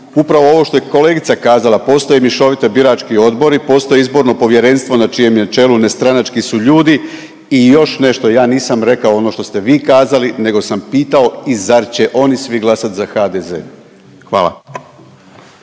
upravo ovo što je kolegica kazala, postoje mješovite birački odbori, postoji izborno povjerenstvo na čijem je čemu nestranački su ljudi i još nešto, ja nisam rekao ono što ste vi kazali, nego sam pitao i zar će oni svi glasati za HDZ? Hvala.